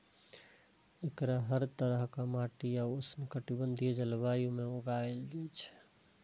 एकरा हर तरहक माटि आ उष्णकटिबंधीय जलवायु मे उगायल जाए छै